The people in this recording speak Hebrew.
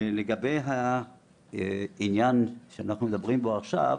לגבי העניין שאנחנו מדברים בו עכשיו,